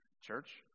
church